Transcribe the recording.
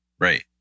Right